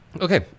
Okay